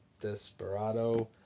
Desperado